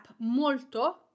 molto